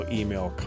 email